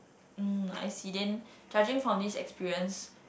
um I see then judging from this experience